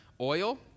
oil